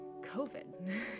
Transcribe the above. COVID